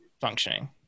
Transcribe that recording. functioning